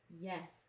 Yes